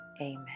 amen